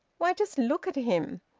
why just look at him.